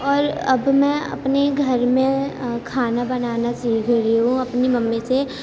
اور اب میں اپنے گھر میں کھانا بنانا سیکھ رہی ہوں اپنی ممی سے